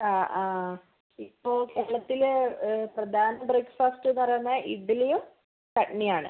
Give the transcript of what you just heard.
ആ ആ ഇപ്പോൾ കേരളത്തിൽ പ്രധാന ബ്രേക്ക്ഫാസ്റ്റ് എന്ന് പറയുന്നത് ഇഡ്ഡ്ലിയും ചട്നിയാണ്